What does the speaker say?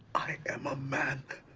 i am a man.